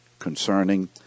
concerning